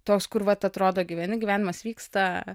toks kur vat atrodo gyveni gyvenimas vyksta